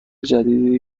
جدیدی